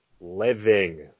Living